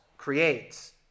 Creates